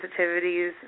sensitivities